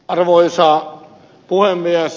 arvoisa puhemies